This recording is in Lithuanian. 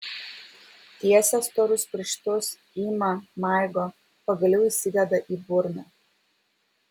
tiesia storus pirštus ima maigo pagaliau įsideda į burną